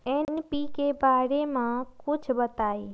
NPK बारे म कुछ बताई?